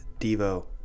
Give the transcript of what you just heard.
devo